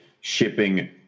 shipping